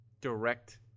direct